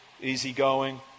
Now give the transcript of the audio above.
easygoing